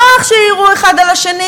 נוח שיירו אחד על השני,